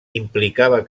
implicava